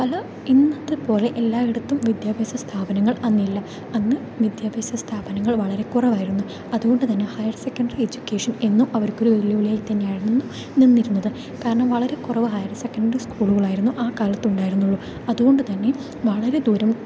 പല ഇന്നത്തേപ്പോലെ എല്ലായിടത്തും വിദ്യാഭ്യസ സ്ഥാപനങ്ങൾ അന്നില്ല അന്ന് വിദ്യാഭ്യാസ സ്ഥാപനങ്ങൾ വളരെ കുറവായിരുന്നു അതുകൊണ്ട് തന്നേ ഹയർ സെക്കണ്ടറി എജ്യുക്കേഷൻ എന്നും അവർക്കൊരു വെല്ലുവിളിയായി തന്നേ ആയിരുന്നു നിന്നിരുന്നത് കാരണം വളരെ കുറവ് ഹയർ സെക്കണ്ടറി സ്കൂളുകളായിരുന്നു ആ കാലത്ത് ഉണ്ടായിരുന്നുള്ളൂ അതുകൊണ്ട് തന്നേ വളരേ ദൂരം